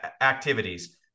activities